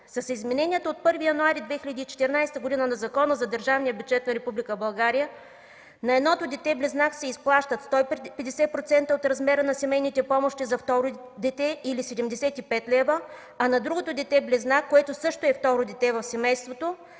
С изменението от 1 януари 2014 г. на Закона за държавния бюджет на Република България на едното дете-близнак се изплащат 150% от размера на семейните помощи за второ дете или 75 лв., а на другото дете-близнак, което също е второ дете в семейството,